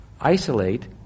isolate